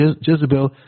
Jezebel